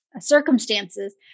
circumstances